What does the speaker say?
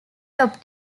top